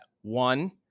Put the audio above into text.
one